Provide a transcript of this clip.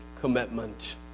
commitment